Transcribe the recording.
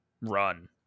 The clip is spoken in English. run